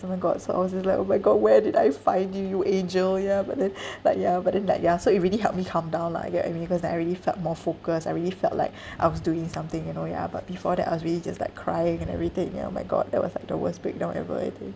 oh my god so I was just like oh my god where did I find you you angel ya but then but ya but then like ya so it really helped me calm down lah you get what I mean cause then I really felt more focus I really felt like I was doing something you know ya but before that I was really just like crying and everything you know my god that was like the worst breakdown ever I think